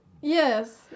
Yes